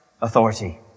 authority